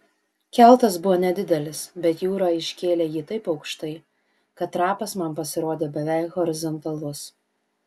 keltas buvo nedidelis bet jūra iškėlė jį taip aukštai kad trapas man pasirodė beveik horizontalus